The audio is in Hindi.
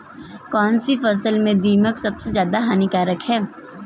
कौनसी फसल में दीमक सबसे ज्यादा हानिकारक है?